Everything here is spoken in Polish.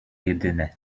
jedyne